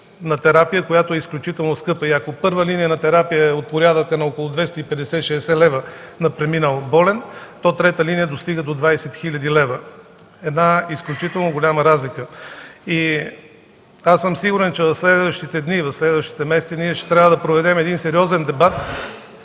на терапия, която е изключително скъпа. Ако първа линия на терапия е от порядъка на около 250-260 лв. на преминал болен, то трета линия достига до 20 хил. лв. – една изключително голяма разлика. Сигурен съм, че в следващите дни и месеци ще трябва да проведем един сериозен дебат